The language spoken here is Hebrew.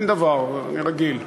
אין דבר, אני רגיל.